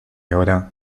ahora